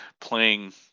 playing